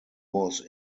was